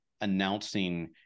announcing